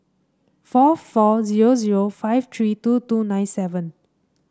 four four zero zero five three two two nine seven